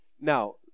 Now